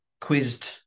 quizzed